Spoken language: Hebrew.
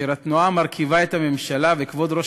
אשר התנועה המרכיבה את הממשלה וכבוד ראש